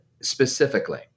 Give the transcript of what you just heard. specifically